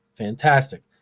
fantastic.